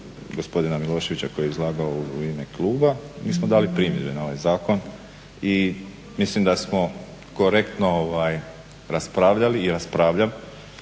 gospodina Miloševića koji je izlagao u ime kluba. Mi smo dali primjedbe na ovaj zakon i mislim da smo korektno raspravljali i raspravljam.